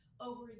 over